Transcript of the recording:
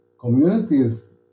communities